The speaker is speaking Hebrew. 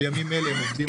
בישובים הערבים.